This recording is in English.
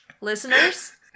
listeners